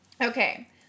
okay